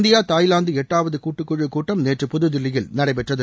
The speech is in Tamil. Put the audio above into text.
இந்தியா தாய்வாந்து எட்டாவது கூட்டுக்குழு கூட்டம் நேற்று புதுதில்லியில் நடைபெற்றது